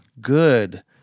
good